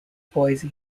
boise